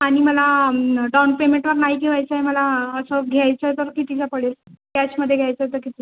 आणि मला डाऊन पेमेंटवर नाही ठेवायचं आहे मला असं घ्यायचं तर कितीला पडेल कॅशमध्ये घ्यायचं तर किती